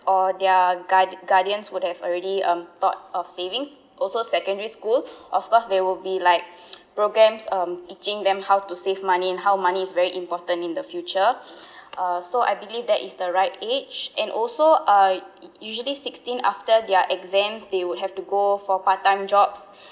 or their guar~ guardians would have already um thought of savings also secondary school of course there will be like programs um teaching them how to save money and how money is very important in the future uh so I believe that is the right age and also uh usually sixteen after their exams they would have to go for part time jobs